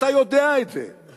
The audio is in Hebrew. אתה יודע את זה.